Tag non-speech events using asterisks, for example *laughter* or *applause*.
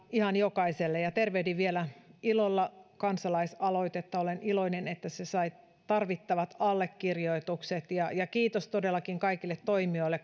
ihan jokaiselle ja tervehdin vielä ilolla kansalaisaloitetta olen iloinen että se sai tarvittavat allekirjoitukset kiitos todellakin kaikille toimijoille *unintelligible*